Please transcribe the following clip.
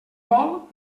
vol